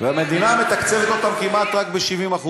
המדינה מתקצבת אותם כמעט רק ב-70%.